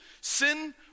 Sin